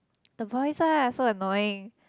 the voice ah so annoying